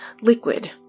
Liquid